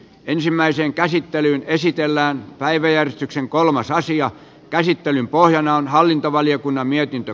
ensimmäiseen käsittelyyn esitellään päiväjärjestyksen kolmas asian käsittelyn pohjana on hallintovaliokunnan mietintö